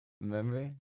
Remember